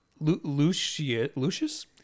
Lucius